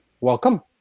welcome